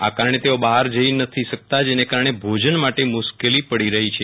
આ કારણે તેઓ બહાર જઈ નથી શકતા જેને કારણે ભોજન માટે મુશ્કેલી પડી રહી છે